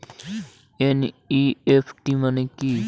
NEFT মনে কি?